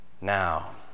Now